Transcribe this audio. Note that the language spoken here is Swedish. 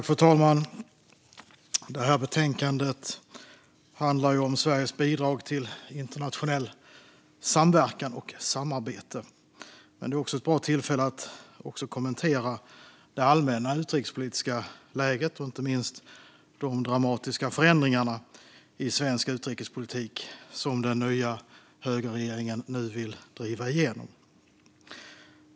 Fru talman! Detta betänkande handlar om Sveriges bidrag till internationell samverkan och internationellt samarbete. Det är också ett bra tillfälle att kommentera det allmänna utrikespolitiska läget, inte minst de dramatiska förändringarna i svensk utrikespolitik som högerregeringen nu vill driva igenom.